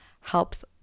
helps